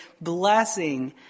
blessing